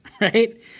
right